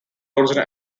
origin